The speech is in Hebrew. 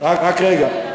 רק רגע.